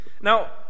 Now